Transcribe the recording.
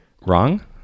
wrong